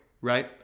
right